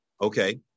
okay